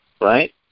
Right